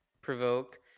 provoke